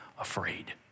afraid